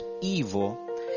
evil